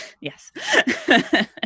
Yes